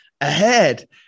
ahead